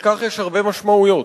ויש לכך הרבה משמעויות.